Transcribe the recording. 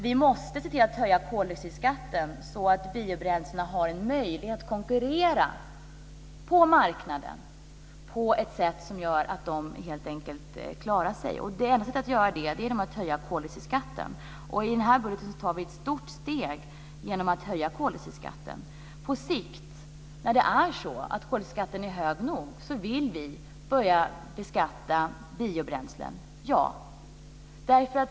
Vi måste se till att höja koldioxidskatten så att biobränslena har en möjlighet att konkurrera på marknaden på ett sätt som gör att de helt enkelt klarar sig. Ett sätt att göra det är att höja koldioxidskatten. I den här budgeten tar vi ett stort steg genom att höja koldioxidskatten. På sikt, när koldioxidskatten är hög nog, vill vi börja beskatta biobränslen.